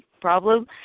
problem